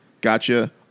gotcha